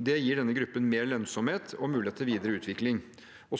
Det gir denne gruppen mer lønnsomhet og mulighet til videre utvikling.